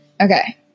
Okay